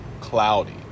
cloudy